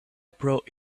brought